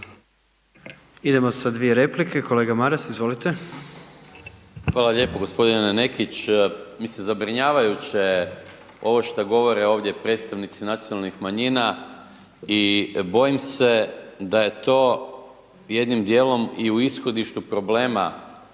Idemo sa dvije replike. Kolega Maras, izvolite. **Maras, Gordan (SDP)** Hvala lijepo gospodine Nekić. Mislim zabrinjavajuće je ovo šta govore ovdje predstavnici nacionalnih manjina i bojim se da je to jednim dijelom i u ishodištu problema